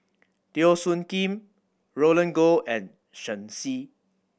Teo Soon Kim Roland Goh and Shen Xi